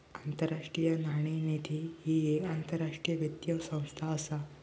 आंतरराष्ट्रीय नाणेनिधी ही येक आंतरराष्ट्रीय वित्तीय संस्था असा